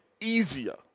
Easier